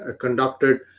conducted